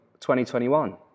2021